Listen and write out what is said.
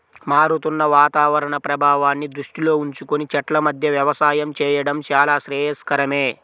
మారుతున్న వాతావరణ ప్రభావాన్ని దృష్టిలో ఉంచుకొని చెట్ల మధ్య వ్యవసాయం చేయడం చాలా శ్రేయస్కరమే